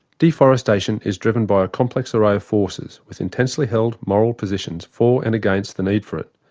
deforestation is driven by a complex array of forces with intensely held moral positions for and against the need for it.